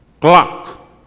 clock